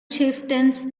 chieftains